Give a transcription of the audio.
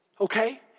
Okay